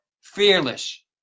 fearless